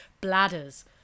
bladders